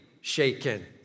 shaken